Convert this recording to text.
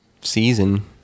season